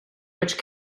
which